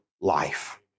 life